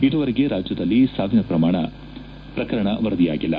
ಇದುವರೆಗೆ ರಾಜ್ಯದಲ್ಲಿ ಸಾವಿನ ಪ್ರಕರಣ ವರದಿಯಾಗಿಲ್ಲ